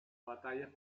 batalla